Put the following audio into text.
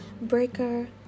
Breaker